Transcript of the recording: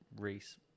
race